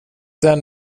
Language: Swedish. den